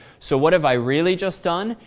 so what have i really just done?